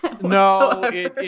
No